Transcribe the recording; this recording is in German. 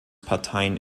parteien